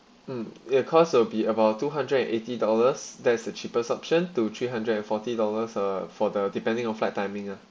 mm yeah cost it will be about two hundred and eighty dollars that's the cheapest option to three hundred and forty dollars uh for the depending on flight timing ah